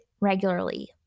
regularly